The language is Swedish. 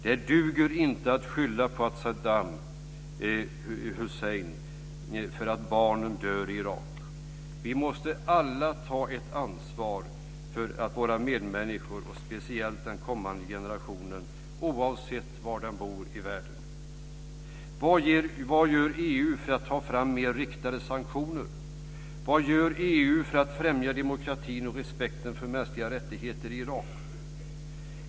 Det duger inte att skylla på Saddam Hussein för att barnen i Irak dör. Vi måste alla ta ett ansvar för våra medmänniskor - speciellt den kommande generationen - oavsett var de bor i världen. Vad gör EU för att ta fram mer riktade sanktioner? Vad gör EU för att främja demokratin och respekten för mänskliga rättigheter i Irak?